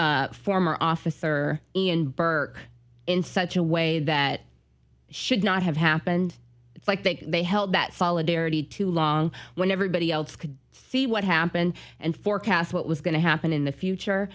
former officer ian burke in such a way that should not have happened like that they held that solidarity too long when everybody else could see what happened and forecast what was going to happen in the